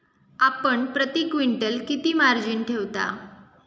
आपण प्रती क्विंटल किती मार्जिन ठेवता?